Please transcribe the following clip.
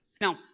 Now